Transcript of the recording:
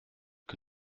que